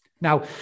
Now